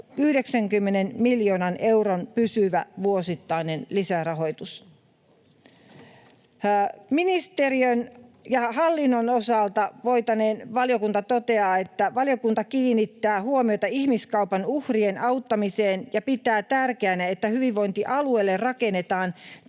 90 miljoonan euron pysyvä vuosittainen lisärahoitus. Oikeusministeriön ja hallinnon osalta valiokunta kiinnittää huomiota ihmiskaupan uhrien auttamiseen ja pitää tärkeänä, että hyvinvointialueille rakennetaan toimivat